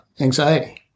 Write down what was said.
anxiety